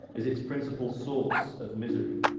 is its principal source of misery.